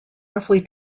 roughly